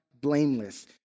blameless